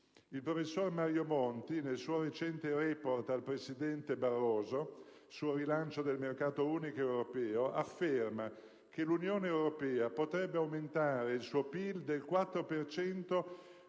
Il professor Mario Monti, nel suo recente *report* al presidente Barroso sul rilancio del mercato unico europeo, afferma che l'Unione europea potrebbe aumentare il suo PIL del 4